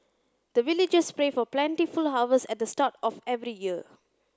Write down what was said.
the villagers pray for plentiful harvest at the start of every year